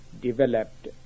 developed